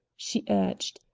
she urged.